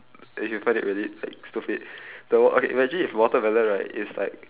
if you find it really like stupid though okay imagine if watermelon right is like